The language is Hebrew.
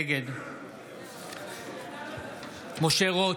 נגד משה רוט,